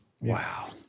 Wow